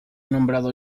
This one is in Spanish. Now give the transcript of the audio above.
nombrado